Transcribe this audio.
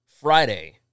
Friday